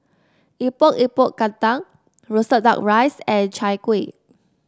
Epok Epok Kentang roasted duck rice and Chai Kueh